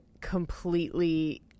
completely